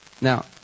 Now